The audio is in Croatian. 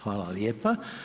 Hvala lijepa.